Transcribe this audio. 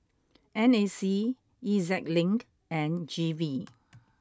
N A C E Z Link and G V